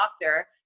doctor